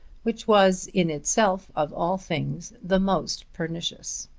which was in itself of all things the most pernicious.